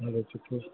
हलो सुठो